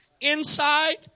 inside